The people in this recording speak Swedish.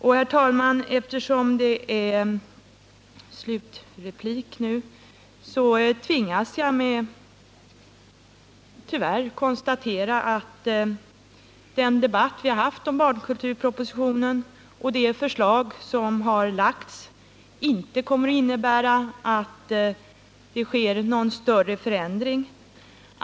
Och, herr talman, eftersom det är slutreplik nu tvingas jag tyvärr konstatera att den debatt vi haft om barnkulturpropositionen och de förslag som har lagts fram inte kommer att innebära att det sker någon större förändring.